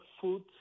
food